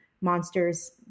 monsters